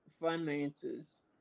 finances